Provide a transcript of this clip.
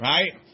Right